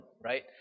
right